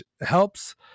helps